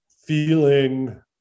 feeling